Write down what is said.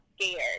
scared